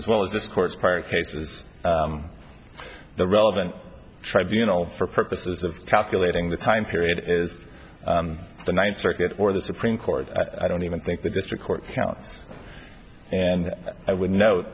as well as this court's prior cases the relevant tribunal for purposes of calculating the time period is the ninth circuit or the supreme court i don't even think the district court counts and i would no